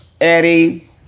Eddie